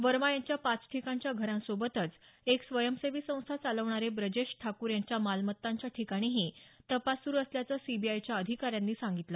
वर्मा यांच्या पाच ठिकाणच्या घरांसोबतच एक स्वयंसेवी संस्था चालवणारे ब्रजेश ठाकूर यांच्या मालमत्तांच्या ठिकाणीही तपास सुरु असल्याचं सीबीआयच्या अधिकाऱ्यांनी सांगितलं